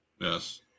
Yes